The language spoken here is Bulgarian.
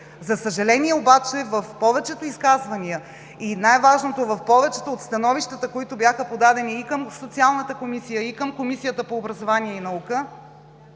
За съжаление обаче, в повечето от изказванията, и най-важното в повечето от становищата, които бяха подадени и към Социалната комисия, и към Комисията по образованието и науката,